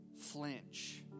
Flinch